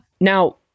Now